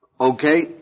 Okay